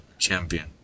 Champion